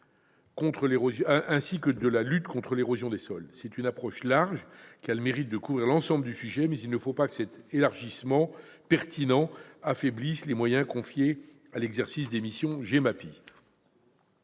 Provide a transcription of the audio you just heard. actions de lutte contre l'érosion des sols. Il s'agit d'une approche large, qui a le mérite de couvrir l'ensemble du sujet, mais il ne faut pas que cet élargissement pertinent affaiblisse les moyens confiés à l'exercice des missions GEMAPI.